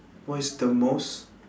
what is the most